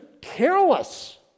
careless